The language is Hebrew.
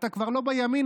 אתה כבר לא בימין,